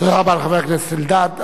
תודה רבה לחבר הכנסת אלדד.